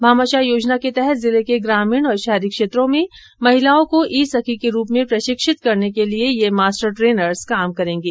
भामाशाह योजना के तहत जिले के ग्रामीण और शहरी क्षेत्रों में महिलाओं को ई सखी के रूप में प्रशिक्षित करने के लिए ये मास्टर ट्रेनर्स कार्य करेंगे